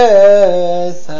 Yes